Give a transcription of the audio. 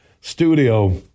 studio